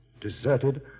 deserted